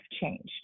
changed